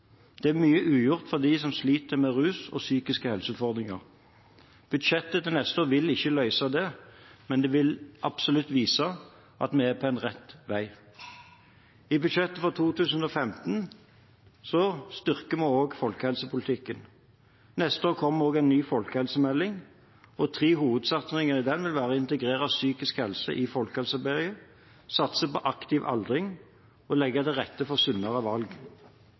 Det er mye ugjort for dem som sliter med rus og psykiske helseutfordringer. Budsjettet for neste år vil ikke løse dette, men det viser absolutt at vi er på rett vei. I budsjettet for 2015 styrker vi også folkehelsepolitikken. Neste år kommer en ny folkehelsemelding. Tre hovedsatsinger i den vil være å integrere psykisk helse i folkehelsearbeidet, satse på aktiv aldring og å legge bedre til rette for sunnere valg.